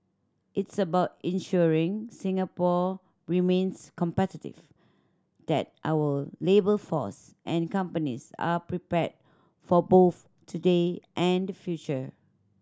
it's about ensuring Singapore remains competitive that our labour force and companies are prepared for both today and the future